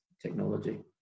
technology